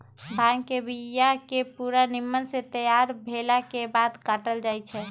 भांग के बिया के पूरा निम्मन से तैयार भेलाके बाद काटल जाइ छै